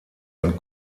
ein